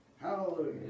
hallelujah